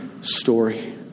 story